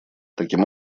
таким